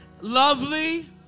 lovely